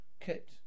kit